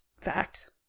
Fact